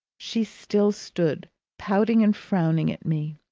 she still stood pouting and frowning at me,